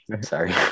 Sorry